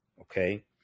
okay